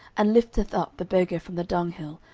and lifteth up the beggar from the dunghill,